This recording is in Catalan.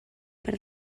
per